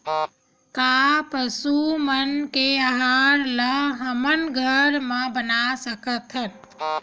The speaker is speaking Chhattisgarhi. का पशु मन के आहार ला हमन घर मा बना सकथन?